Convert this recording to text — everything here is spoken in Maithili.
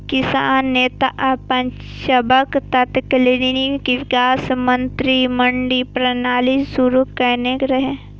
किसान नेता आ पंजाबक तत्कालीन विकास मंत्री मंडी प्रणाली शुरू केने रहै